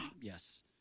Yes